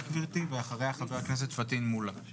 ואחריה חבר הכנסת פטין מולא.